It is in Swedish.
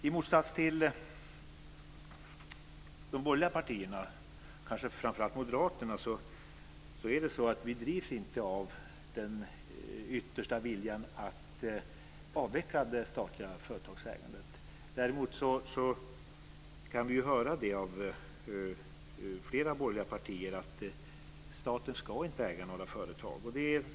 I motsats till de borgerliga partierna, kanske framför allt Moderaterna, drivs inte vi ytterst av viljan att avveckla det statliga företagsägandet. Däremot kan vi höra från flera borgerliga partier att staten inte ska äga företag.